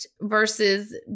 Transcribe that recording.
versus